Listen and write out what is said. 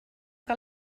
que